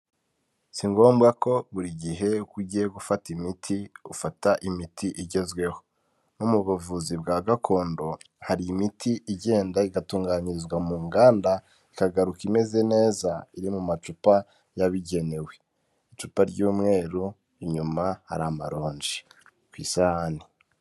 Si ngombwa ko buri gihe uko ugiye gufata imiti ufata imiti igezweho, no mu buvuzi bwa gakondo hari imiti igenda igatunganyirizwa mu nganda ikagaruka imeze neza iri mu macupa yabigenewe, icupa ry'umweru inyuma hari amaronji ku isahani.